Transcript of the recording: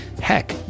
Heck